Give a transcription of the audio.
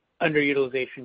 underutilization